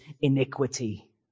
iniquity